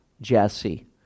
Jesse